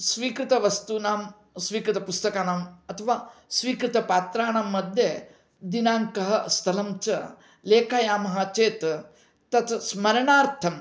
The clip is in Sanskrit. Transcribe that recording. स्वीकृतवस्तूनां स्वीकृतपुस्तकानाम् अथवा स्वीकृतपात्राणां मध्ये दिनाङ्कः स्थलं च लेखयामः चेत् तत् स्मरणार्थम्